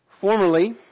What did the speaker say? Formerly